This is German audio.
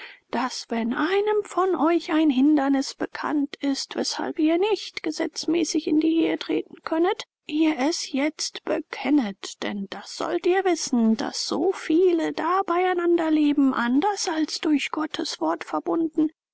daß wenn einem von euch ein hindernis bekannt ist weshalb ihr nicht gesetzmäßig in die ehe treten könnet ihr es jetzt bekennet denn das sollt ihr wissen daß so viele da beieinander leben anders als durch gottes wort verbunden